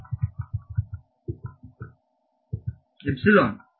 ವಿದ್ಯಾರ್ಥಿಎಪ್ಸಿಲನ್